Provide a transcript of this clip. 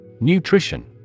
Nutrition